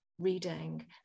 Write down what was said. reading